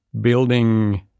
building